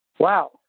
Wow